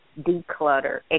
declutter